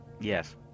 Yes